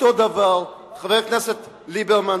חבר הכנסת ליברמן,